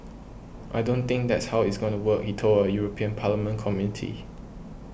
I don't think that's how it's gonna work he told a European Parliament Committee